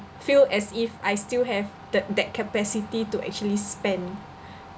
feel as if I still have the that capacity to actually spend